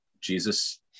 Jesus